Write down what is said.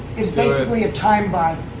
it's basically a time buy.